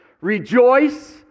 Rejoice